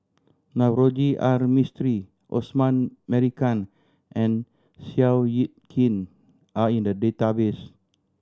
Navroji R Mistri Osman Merican and Seow Yit Kin are in the database